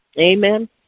Amen